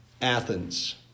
Athens